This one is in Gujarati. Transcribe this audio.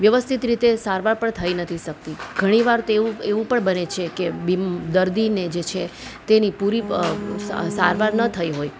વ્યવસ્થિત રીતે સારવાર પણ થઈ નથી શકતી ઘણી વાર તેઓ એવું એવું પણ બને છે કે દર્દીને જ છે તેની પૂરી સારવાર ન થઈ હોય